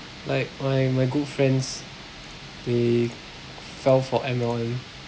like my my good friends they fell for M_L_M